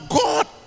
God